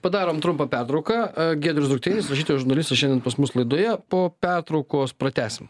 padarom trumpą pertrauką giedrius druktinis va šito žurnalisto šiandien pas mus laidoje po pertraukos pratęsim